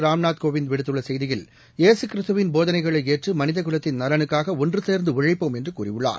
ராம்நாத்கோவிந்த் விடுத்துள்ளசெய்தியில் இயேசுகிறிஸ்துவின் போதனைகளைஏற்றுமனிதகுலத்தின் நலனுக்காகஒன்றுசேர்ந்தஉழைப்போம் என்றுகூறியுள்ளார்